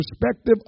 perspective